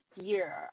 year